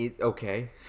Okay